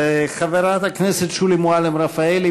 חברת הכנסת שולי מועלם-רפאלי,